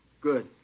Good